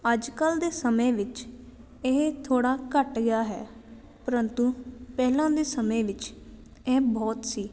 ਅੱਜ ਕੱਲ੍ਹ ਦੇ ਸਮੇਂ ਵਿੱਚ ਇਹ ਥੋੜ੍ਹਾ ਘਟ ਗਿਆ ਹੈ ਪਰੰਤੂ ਪਹਿਲਾਂ ਦੇ ਸਮੇਂ ਵਿੱਚ ਇਹ ਬਹੁਤ ਸੀ